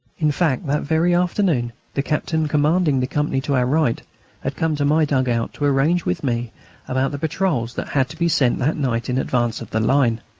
in fact, that very afternoon the captain commanding the company to our right had come to my dug-out to arrange with me about the patrols that had to be sent that night in advance of the line.